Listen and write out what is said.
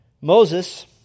Moses